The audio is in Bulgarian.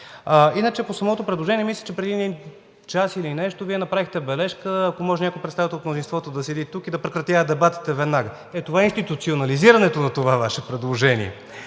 Иначе по самото предложение, мисля, че преди час и нещо Вие направихте бележка, ако може някой представител от мнозинството да седи тук и да прекратява дебатите веднага. Ето това е институционализирането на това Ваше предложение.